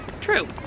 True